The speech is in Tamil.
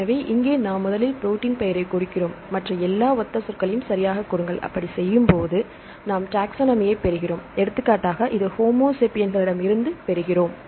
எனவே இங்கே நாம் முதலில் ப்ரோடீன்ப் பெயரைக் கொடுக்கிறோம் மற்ற எல்லா ஒத்த சொற்களையும் சரியாகக் கொடுங்கள் அப்படி செய்யும் போது நாம் டாக்ஸ்சாநமி ஐப் பெறுகிறோம் எடுத்துக்காட்டாக இது ஹோமோ சேபியன்களிடமிருந்து பெறுகிறோம்